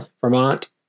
Vermont